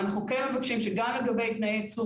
אבל אנחנו כן מבקשים שגם לגבי תנאי ייצור